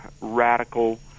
radical